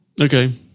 Okay